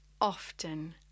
often